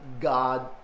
God